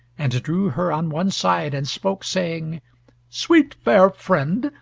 and drew her on one side, and spoke, saying sweet fair friend,